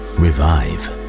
revive